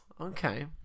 okay